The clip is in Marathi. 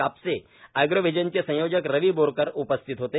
कापसे एग्रोव्हिजनचे संयोजक रवी बोरटकर उपस्थित होते